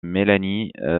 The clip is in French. mélanie